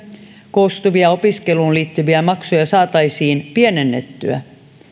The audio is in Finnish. koostuvia opiskeluun liittyviä maksuja saataisiin pienennettyä